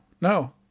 no